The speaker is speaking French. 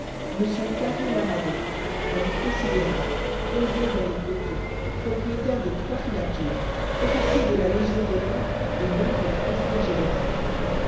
m carré lamadon homme considérable posé dans les cotons propriétaire de trois filatures officier de la légion d'honneur et membre du conseil général